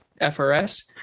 FRS